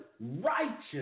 righteous